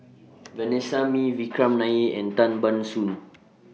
Vanessa Mae Vikram Nair and Tan Ban Soon